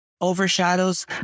overshadows